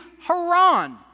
Haran